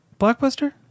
Blockbuster